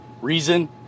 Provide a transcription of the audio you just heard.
reason